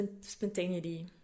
spontaneity